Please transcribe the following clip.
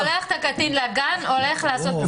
אתה שולח את הקטין לגן והולך לעשות בדיקה מוסדית.